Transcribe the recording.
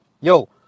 Yo